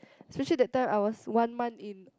especially that time I was one month in